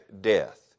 death